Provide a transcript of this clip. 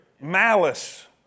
malice